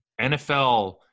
NFL